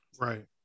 Right